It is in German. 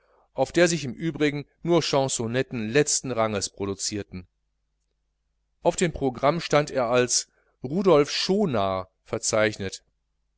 auf der sich im übrigen nur chansonetten letzten ranges produzierten auf dem programm stand er als rudolph schonaar verzeichnet